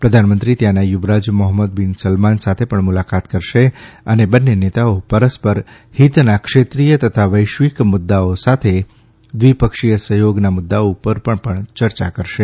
પ્રધાનમંત્રી ત્યાંના યુવરાજ મોહમ્મદ બિન સલમાન સાથે પણ મુલાકાત કરશે અને બંને નેતાઓ પરસ્પર હિતના ક્ષેત્રીય તથા વૈશ્વિક મુદ્દાઓ સાથે દ્વિપક્ષીય સહયોગના મુદ્દા ઉપર પણ ચર્ચા કરશે